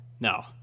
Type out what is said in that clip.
No